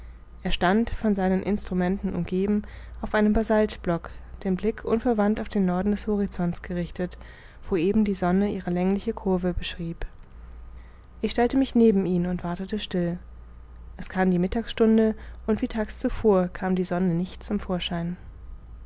er stand von seinen instrumenten umgeben auf einem basaltblock den blick unverwandt auf den norden des horizonts gerichtet wo eben die sonne ihre längliche curve beschrieb ich stellte mich neben ihn und wartete still es kam die mittagsstunde und wie tags zuvor kam die sonne nicht zum vorschein